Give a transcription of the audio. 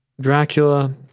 Dracula